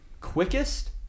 quickest